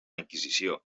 inquisició